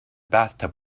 bathtub